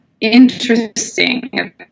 interesting